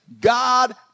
God